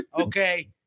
Okay